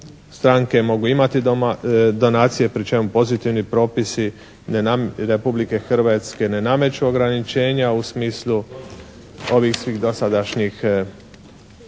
Stranke mogu imati donacije pri čemu pozitivni propisi Republike Hrvatske ne nameću ograničenja u smislu ovih svih dosadašnjih